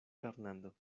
fernando